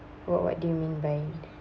what what do you mean by